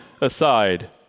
aside